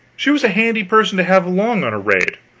she was a handy person to have along on a raid.